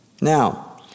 Now